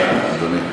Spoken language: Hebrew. אדוני.